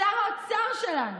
שר האוצר שלנו